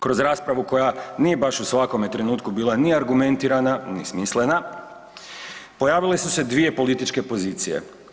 Kroz raspravu koja nije baš u svakome trenutku bila ni argumentirana, ni smislena pojavile su se dvije političke pozicije.